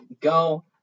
go